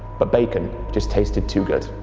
but bacon just tasted too good.